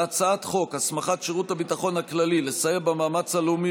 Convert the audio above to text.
חוק הסמכת שירות הביטחון הכללי לסייע במאמץ הלאומי